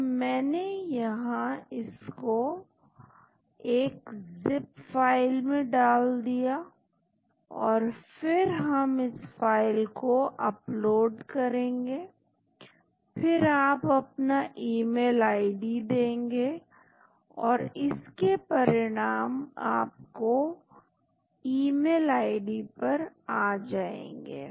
तो मैंने इसको यहां एक जिप फाइल में डाल दिया और फिर हम इस फाइल को अपलोड करेंगे फिर आप अपना ईमेल आईडी देंगे और इसके परिणाम आपके ईमेल आईडी पर आ जाएंगे